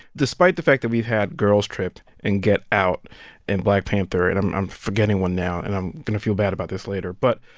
despite the fact that we've had girls trip and get out and black panther and i'm i'm forgetting one now, and i'm going to feel bad about this later. but,